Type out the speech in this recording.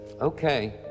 Okay